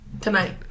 tonight